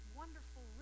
wonderful